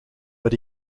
but